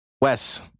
Wes